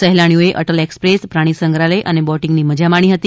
સહેલાણીઓએ Atal express પ્રાણી સંગ્રહાલય અને બોટીંગની મજા માણી હતી